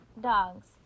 dogs